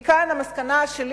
מכאן המסקנה שלי,